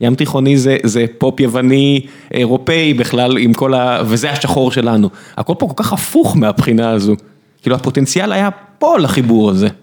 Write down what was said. ים תיכוני זה פופ יווני אירופאי בכלל עם כל ה... וזה השחור שלנו, הכל פה כל כך הפוך מהבחינה הזו, כאילו הפוטנציאל היה פה לחיבור הזה.